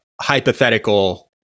hypothetical